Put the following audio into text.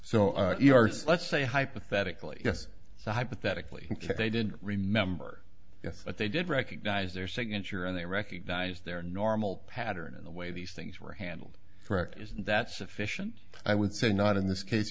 so let's say hypothetically yes so hypothetically if they did remember yes but they did recognize their signature and they recognized their normal pattern in the way these things were handled correct is that sufficient i would say not in this case